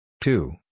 Two